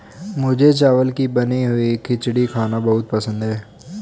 मुझे चावल की बनी हुई खिचड़ी खाना बहुत पसंद है